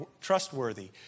trustworthy